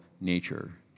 nature